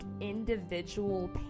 individual